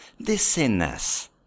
Decenas